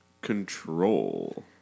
control